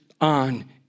on